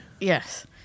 Yes